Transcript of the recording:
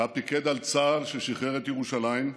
שבה פיקד על צה"ל כששחרר את ירושלים,